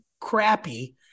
crappy